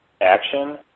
action